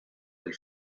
del